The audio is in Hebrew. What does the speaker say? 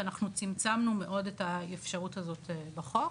ואנחנו צמצמנו מאוד את האפשרות הזאת בחוק.